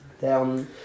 down